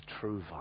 true